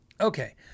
Okay